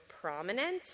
prominent